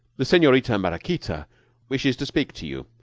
the senorita maraquita wishes to speak to you.